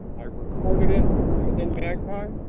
i recorded it from within magpie,